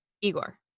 Igor